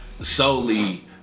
solely